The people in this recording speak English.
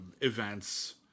events